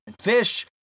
Fish